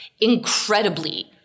incredibly